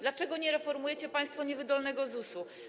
Dlaczego nie reformujecie państwo niewydolnego ZUS-u?